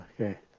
Okay